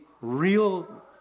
real